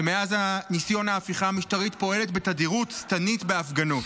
שמאז ניסיון ההפיכה המשטרית פועלת בתדירות שטנית בהפגנות.